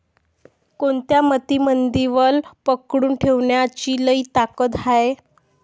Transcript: कोनत्या मातीमंदी वल पकडून ठेवण्याची लई ताकद हाये?